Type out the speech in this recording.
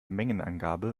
mengenangabe